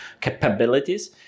capabilities